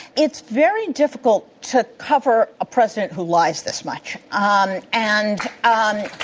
it's very difficult to cover a president who lies this much. um and um